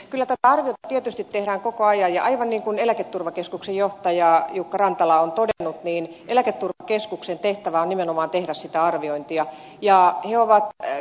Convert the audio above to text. kyllä tätä arviota tietysti tehdään koko ajan ja aivan niin kuin eläketurvakeskuksen johtaja jukka rantala on todennut eläketurvakeskuksen tehtävä on nimenomaan tehdä sitä arviointia ja on jo vanha ja